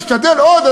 תשתדל עוד"?